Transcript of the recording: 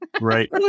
Right